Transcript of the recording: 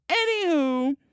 Anywho